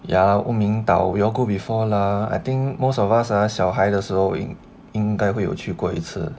ya 乌敏岛 we all go before lah I think most of us ah 小孩的时候应应该会有去过一次